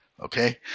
okay